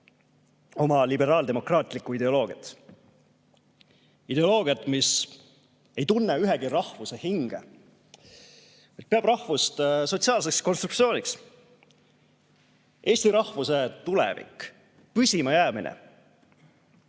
oma liberaaldemokraatlikku ideoloogiat. Ideoloogiat, mis ei tunne ühegi rahvuse hinge ja peab rahvust sotsiaalseks konstruktsiooniks. Eesti rahvuse tulevik, püsimajäämine,